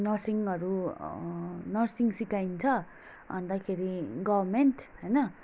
नर्सिङहरू nursing सिकाइन्छ अन्तखेरि garment होइन